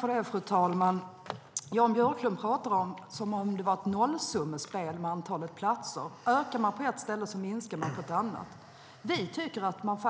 Fru talman! Jan Björklund pratar som om det vore ett nollsummespel med antalet platser - ökar man på ett ställe minskar man på ett annat. Vi tycker att man